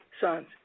sons